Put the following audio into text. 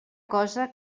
cosa